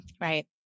Right